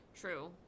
true